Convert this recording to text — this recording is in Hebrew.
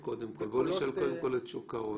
העברות.